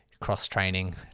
cross-training